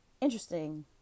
interesting